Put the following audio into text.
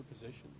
position